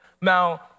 Now